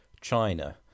China